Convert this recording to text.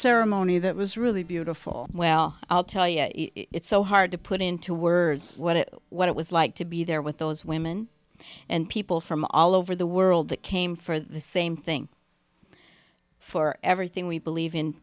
ceremony that was really beautiful well i'll tell you it's so hard to put into words what it what it was like to be there with those women and people from all over the world that came for the same thing for everything we believe in